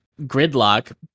gridlock